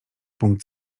punkt